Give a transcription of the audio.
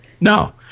No